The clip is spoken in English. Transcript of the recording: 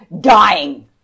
dying